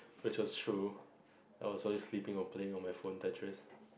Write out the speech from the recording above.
which was true I was always sleeping or playing on my phone Tetris